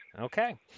Okay